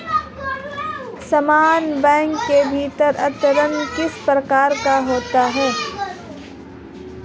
समान बैंक के भीतर अंतरण किस प्रकार का होता है?